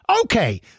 Okay